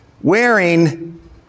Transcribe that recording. wearing